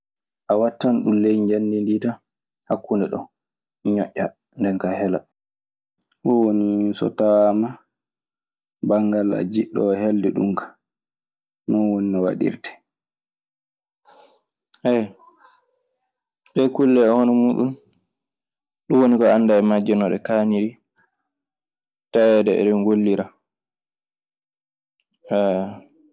A wattan ɗum ley njamndi ndii tan hakkunde ɗoo ñoƴƴa nde kaa hela. Ɗun woni so tawaama banngal a jiɗɗo helde ɗun kaa, non woni no waɗirtee. Ɗee kulle hono muuɗun, ɗun woni ko anndaa e majje, no ɗe kaaniri taweede eɗe ngollira.